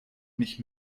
mich